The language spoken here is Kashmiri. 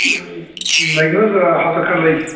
لگہِ نہَ حظ ہَفتہٕ کھنٛڈ لگہِ